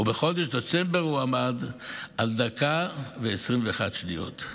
ובחודש דצמבר הוא עמד על דקה ו-21 שניות.